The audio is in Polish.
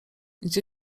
gdzie